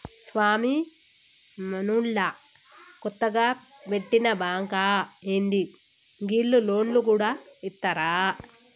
స్వామీ, మనూళ్ల కొత్తగ వెట్టిన బాంకా ఏంది, గీళ్లు లోన్లు గూడ ఇత్తరా